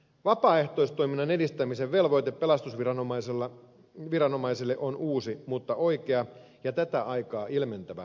vapaaehtoistoiminnan edistämisen velvoite pelastusviranomaisille on uusi mutta oikea ja tätä aikaa ilmentävä velvoite